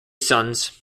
sons